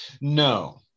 No